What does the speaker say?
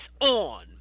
on